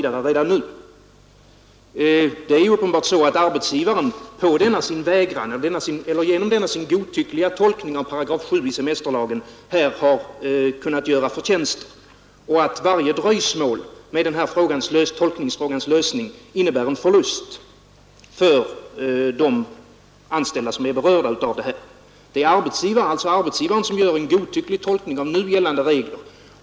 Det är uppenbarligen så att arbetsgivaren genom sin godtyckliga tolkning av 7 § i semesterlagen har kunnat göra förtjänster. Varje dröjsmål med den här tolkningsfrågans lösning innebär alltså en förlust för de anställda som är berörda genom arbetsgivarens godtyckliga tolkning av gällande regler.